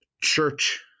church